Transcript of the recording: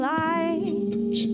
light